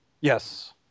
yes